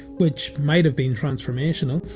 which might have been transformational